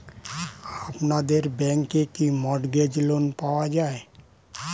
আপনাদের ব্যাংকে কি মর্টগেজ লোন পাওয়া যায়?